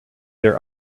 their